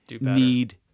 need